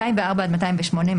204 עד 208,